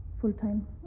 full-time